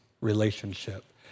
relationship